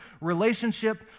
relationship